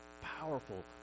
powerful